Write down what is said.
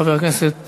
חבר הכנסת